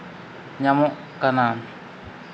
ᱧᱟᱢᱚᱜ ᱠᱟᱱᱟ